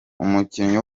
umukinnyi